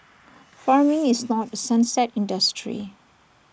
farming is not A sunset industry